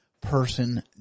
person